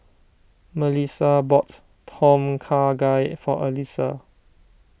Mellisa bought Tom Kha Gai for Alissa